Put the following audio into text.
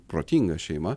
protinga šeima